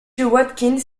watkins